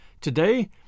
Today